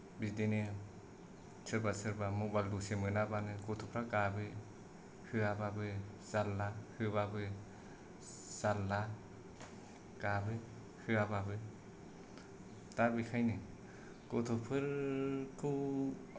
बिदिनो सोरबा सोरबा मबाइल दसे मोनाबानो गथ'फ्रा गाबो होवाबाबो जारला होबाबो जारला गाबो होवाबाबो दा बेखायनो गथ'फोरखौ